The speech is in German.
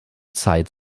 zeit